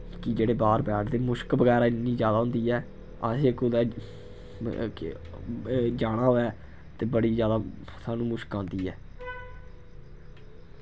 कि जेह्ड़े बाह्र बैठदे मुश्क बगैरा इन्नी ज्यादा होंदी ऐ असें कुतै म के जाना होऐ ते बड़ी ज्यादा सानू मुश्क आंदी ऐ